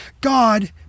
God